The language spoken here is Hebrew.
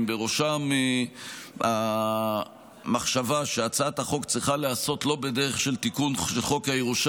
ובראשן המחשבה שהצעת החוק צריכה להיעשות לא בדרך של תיקון חוק הירושה,